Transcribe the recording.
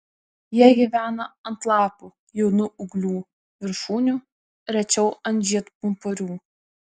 jie gyvena ant lapų jaunų ūglių viršūnių rečiau ant žiedpumpurių